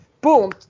boom